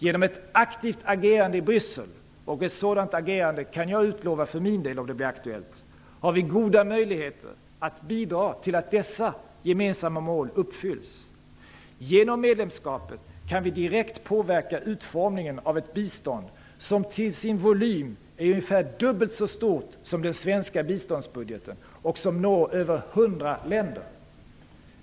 Genom ett aktivt agerande i Bryssel - och ett sådant agerande kan jag utlova för min del om det blir aktuellt - har vi goda möjligheter att bidra till att dessa gemensamma mål uppfylls. Genom medlemskapet kan vi direkt påverka utformningen av ett bistånd som till sin volym är ungefär dubblet så stort som den svenska biståndsbudgeten och som når över 100 länder.